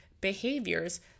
behaviors